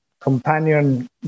companion